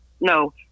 No